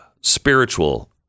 spiritual